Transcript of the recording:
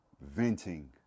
venting